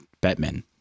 Batman